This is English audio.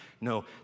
No